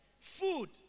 Food